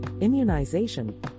immunization